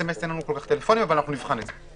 אין לנו טלפונים לשלוח סמס אבל נבחן את זה.